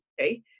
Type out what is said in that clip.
okay